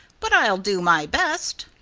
but i'll do my best.